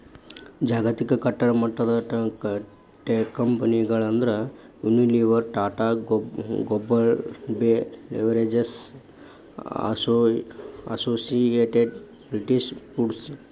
ಜಾಗತಿಕಮಟ್ಟದ ಟೇಕಂಪೆನಿಗಳಂದ್ರ Unilever, Tata Global Beverages, Associated British foods